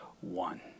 one